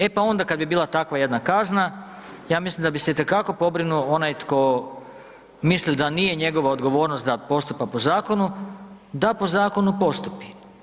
E pa onda kad bi bila takva jedna kazna, ja mislim da bi se itekako pobrinuo onaj tko misli da nije njegova odgovornost da postupa po zakonu, da po zakonu postupi.